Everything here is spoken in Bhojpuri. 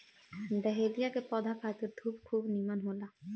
डहेलिया के पौधा खातिर धूप खूब निमन होला